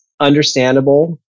understandable